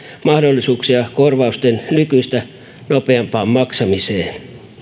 mahdollisuuksia korvausten nykyistä nopeampaan maksamiseen